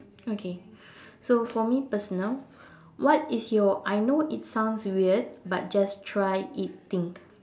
okay so for me personal what is your I know it sounds weird but just try it thing